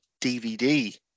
dvd